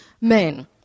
men